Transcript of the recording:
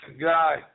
guy